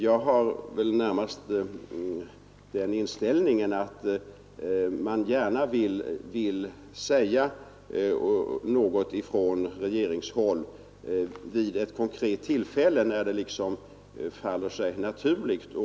Jag har närmast den uppfattningen att man från regeringshåll gärna uttalar sig vid ett konkret tillfälle, när detta så att säga faller sig naturligt.